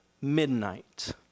midnight